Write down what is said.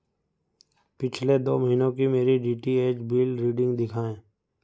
पिछले दो महीनों की मेरी D T H bill reading दिखाएँ